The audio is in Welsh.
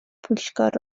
pwyllgor